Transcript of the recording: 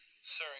Sir